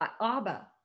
Abba